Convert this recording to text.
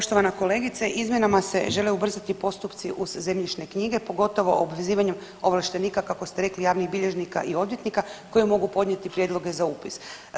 Poštovana kolegice, izmjenama se žele ubrzati postupci uz zemljišne knjige pogotovo obvezivanjem ovlaštenika kako ste rekli javnih bilježnika i odvjetnika koji mogu podnijeti prijedloge za upis.